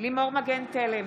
לימור מגן תלם,